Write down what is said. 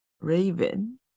Raven